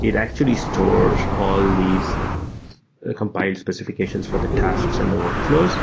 it actually stores all these ah compile specification for the tasks and the workflows